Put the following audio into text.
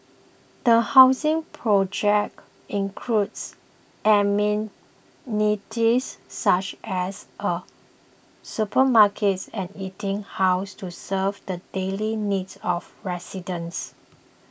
the housing project includes amenities such as a supermarkets and eating house to serve the daily needs of residents